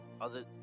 other-